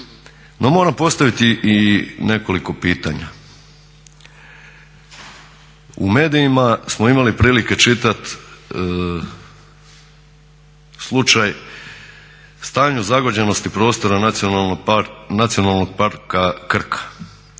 No, moram postaviti i nekoliko pitanja. U medijima smo imali prilike čitati slučaj stanje o zagađenosti prostora Nacionalnog parka Krk.